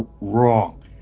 wrong